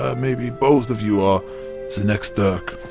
ah maybe both of you are the next dirk?